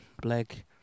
black